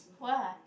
!wah!